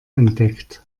entdeckt